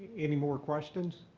any more questions?